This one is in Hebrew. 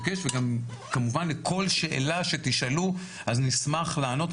כמובן לכל שאלה שתשאלו, אז נשמח לענות.